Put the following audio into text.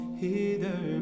hither